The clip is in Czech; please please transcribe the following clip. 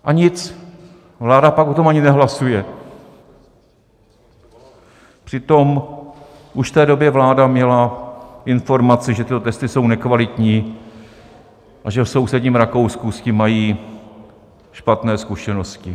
A nic, vláda pak o tom ani nehlasuje, přitom už v té době vláda měla informaci, že tyto testy jsou nekvalitní a že v sousedním Rakousku s tím mají špatné zkušenosti.